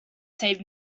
save